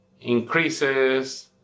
increases